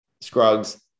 Scruggs